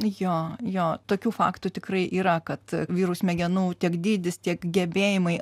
jo jo tokių faktų tikrai yra kad vyrų smegenų tiek dydis tiek gebėjimai